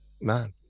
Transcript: man